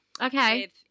Okay